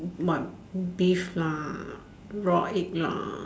what beef lah raw egg lah